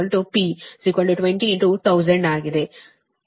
366IR ಪ್ರಮಾಣವು 20000 ಗೆ ಸಮಾನವಾಗಿರುತ್ತದೆ